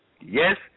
yes